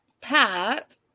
Pat